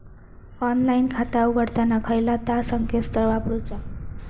Online खाता उघडताना खयला ता संकेतस्थळ वापरूचा?